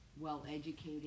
well-educated